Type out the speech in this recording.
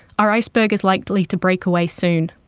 our iceberg is likely to break away soon.